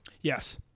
Yes